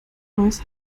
neues